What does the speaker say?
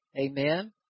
amen